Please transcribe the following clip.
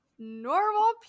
Normal